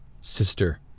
sister